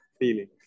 feeling